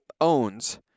owns